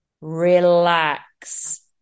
relax